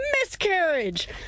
miscarriage